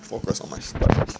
focus on my studies